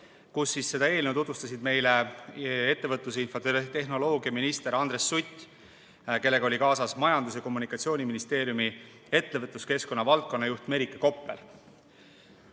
kus seda eelnõu tutvustas meile ettevõtlus‑ ja infotehnoloogiaminister Andres Sutt, kellega oli kaasas Majandus‑ ja Kommunikatsiooniministeeriumi ettevõtluskeskkonna valdkonnajuht Merike